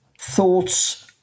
Thoughts